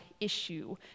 issue